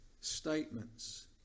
statements